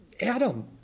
Adam